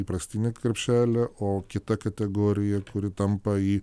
įprastinį krepšelį o kita kategorija kuri tampa į